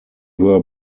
were